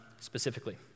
specifically